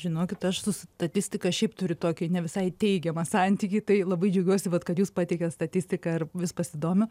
žinokit aš su statistika šiaip turiu tokį ne visai teigiamą santykį tai labai džiaugiuosi vat kad jūs pateikiat statistiką ir vis pasidomiu